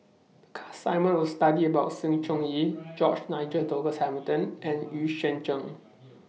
The class assignment was to study about Sng Choon Yee George Nigel Douglas Hamilton and Xu Yuan Zhen